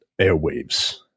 airwaves